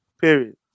Period